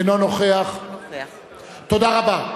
אינו נוכח תודה רבה.